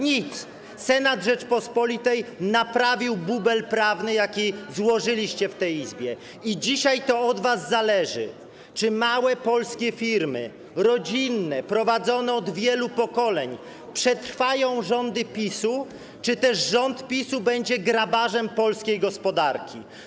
Nic. Senat Rzeczypospolitej naprawił bubel prawny, jaki złożyliście w tej Izbie, i dzisiaj to od was zależy, czy małe polskie rodzinne firmy, prowadzone od wielu pokoleń, przetrwają rządy PiS-u, czy też rząd PiS-u będzie grabarzem polskiej gospodarki.